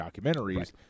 documentaries